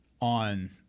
on